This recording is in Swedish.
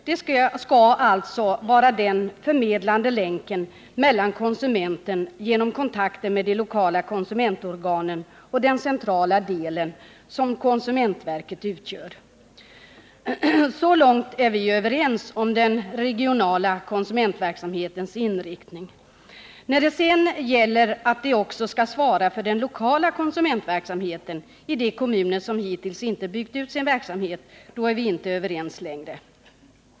Den skall alltså vara den förmedlande länken mellan konsumenten genom kontakter med de lokala konsumentorganen och den centrala del som konsumentverket utgör. Så långt är vi överens om den regionala konsumentverksamhetens inriktning. När det sedan gäller att den också skall svara för den lokala konsumentverksamheten i de kommuner som hittills inte byggt ut sin verksamhet är vi inte överens längre.